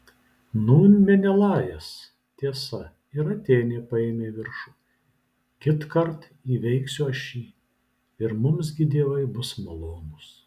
nūn menelajas tiesa ir atėnė paėmė viršų kitkart įveiksiu aš jį ir mums gi dievai bus malonūs